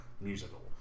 musical